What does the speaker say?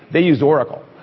they use oracle.